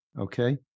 okay